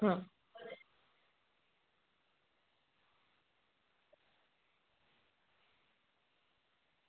હા